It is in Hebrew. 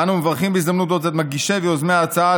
אנו מברכים בהזדמנות זו את מגישי ויוזמי ההצעה על